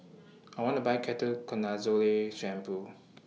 I want to Buy Ketoconazole Shampoo